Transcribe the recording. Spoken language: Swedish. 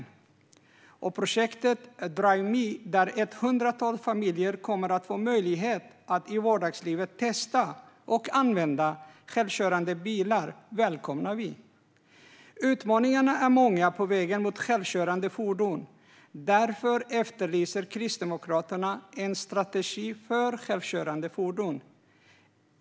Vi välkomnar också projektet Drive Me, där ett hundratal familjer kommer att få möjlighet att i vardagslivet testa och använda självkörande bilar. Utmaningarna är många på vägen mot självkörande fordon, och därför efterlyser Kristdemokraterna en strategi för självkörande fordon.